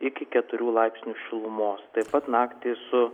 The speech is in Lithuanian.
iki keturių laipsnių šilumos taip pat naktį su